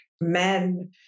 Men